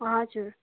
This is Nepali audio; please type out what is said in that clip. हजुर